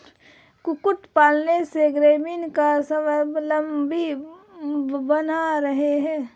कुक्कुट पालन से ग्रामीण स्वाबलम्बी बन रहे हैं